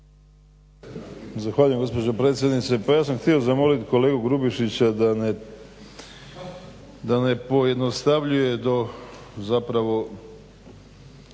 Zahvaljujem gospođo predsjednice. Pa ja sam htio zamoliti kolegu Grubišića da ne pojednostavljuje do zapravo